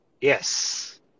Yes